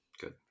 Good